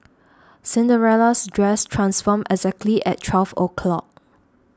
Cinderella's dress transformed exactly at twelve o'clock